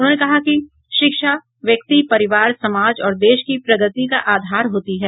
उन्होंने कहा कि शिक्षा व्यक्ति परिवार समाज और देश की प्रगति का आधार होती है